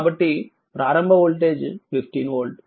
కాబట్టి ప్రారంభ voltage 15 volt